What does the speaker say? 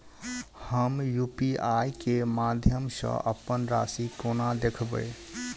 हम यु.पी.आई केँ माध्यम सँ अप्पन राशि कोना देखबै?